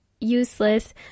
useless